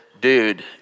Dude